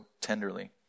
tenderly